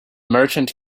merchant